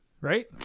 Right